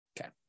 Okay